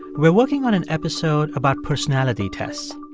we're working on an episode about personality tests.